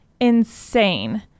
insane